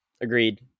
Agreed